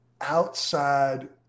outside